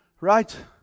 Right